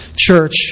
church